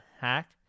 hack